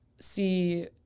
see